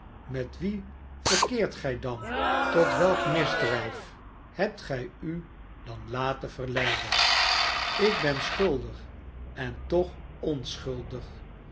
met wie verkeert gij dan tot welk misdrijf hebt gij u dan laten verleiden ik ben schuldig en toch onschuldig